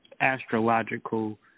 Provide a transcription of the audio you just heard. astrological